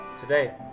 Today